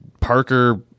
Parker